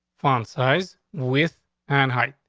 fun size with and height.